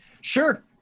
Sure